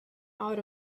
out